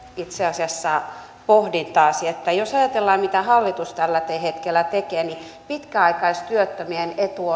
itse asiassa pohdintaasi jos ajatellaan mitä hallitus tällä hetkellä tekee niin pitkäaikaistyöttömien etu